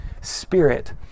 spirit